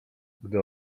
gdy